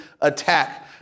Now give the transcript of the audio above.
attack